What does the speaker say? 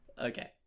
Okay